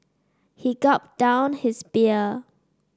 he gulped down his beer